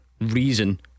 Reason